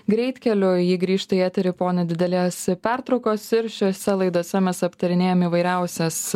greitkeliu ji grįžta į eterį po nedidelės pertraukos ir šiose laidose mes aptarinėjam įvairiausias